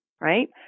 right